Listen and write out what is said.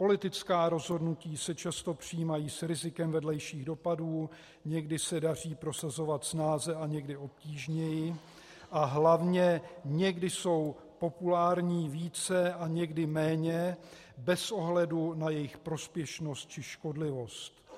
Politická rozhodnutí se často přijímají s rizikem vedlejších dopadů, někdy se daří prosazovat snáze a někdy obtížněji a hlavně někdy jsou populární více a někdy méně, bez ohledu na jejich prospěšnost či škodlivost.